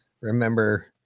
Remember